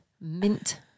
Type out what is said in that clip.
Mint